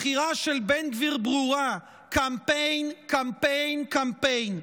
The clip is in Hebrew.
הבחירה של בן גביר ברורה, קמפיין, קמפיין, קמפיין.